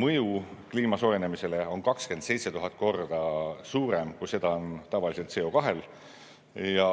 mõju kliima soojenemisele on 27 000 korda suurem, kui on tavaliselt CO2mõju. Ja